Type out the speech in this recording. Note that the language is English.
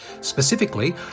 Specifically